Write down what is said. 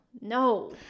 no